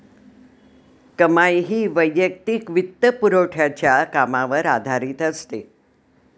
कमाई ही वैयक्तिक वित्तपुरवठ्याच्या कामावर आधारित असते